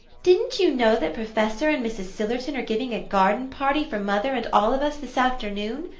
didn't you know that professor and mrs. sillerton are giving a garden-party for mother and all of us this afternoon?